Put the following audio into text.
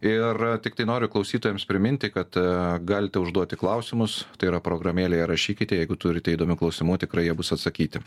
ir tiktai noriu klausytojams priminti kad galite užduoti klausimus tai yra programėlėje rašykite jeigu turite įdomių klausimų tikrai jie bus atsakyti